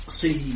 see